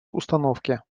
установки